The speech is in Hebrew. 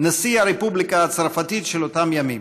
נשיא הרפובליקה הצרפתית של אותם ימים.